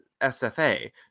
SFA